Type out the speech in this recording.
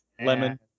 lemon